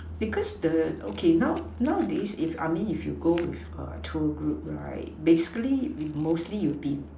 because the okay now nowadays if I mean if you go with a tour group right basically mostly you be